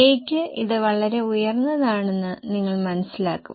A യ്ക്ക് ഇത് വളരെ ഉയർന്നതാണെന്ന് നിങ്ങൾ മനസ്സിലാക്കും